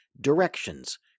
Directions